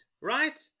right